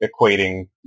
equating